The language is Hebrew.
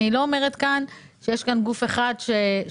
אני לא אומרת שיש כאן גוף אחד שטורף.